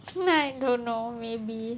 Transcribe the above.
then I don't know maybe